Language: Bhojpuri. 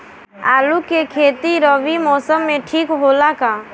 आलू के खेती रबी मौसम में ठीक होला का?